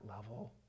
level